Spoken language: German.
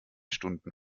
stunden